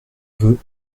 veux